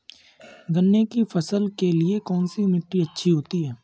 गन्ने की फसल के लिए कौनसी मिट्टी अच्छी होती है?